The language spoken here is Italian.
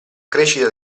crescita